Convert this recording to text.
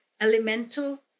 elemental